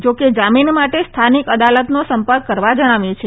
જાકે જામીન માટે સ્થાનિક અદાલતનો સંપર્ક કરવા જણાવ્યું છે